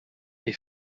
est